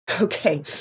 Okay